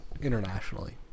internationally